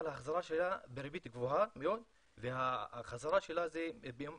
אבל ההחזרה שלה בריבית גבוהה מאוד וההחזרה יותר קשה.